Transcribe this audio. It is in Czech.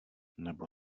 nebo